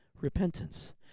repentance